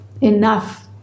enough